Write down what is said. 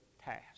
task